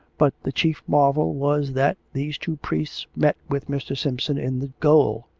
but the chief marvel was that these two priests met with mr. simpson in the gaol